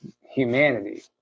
humanity